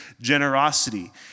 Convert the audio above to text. generosity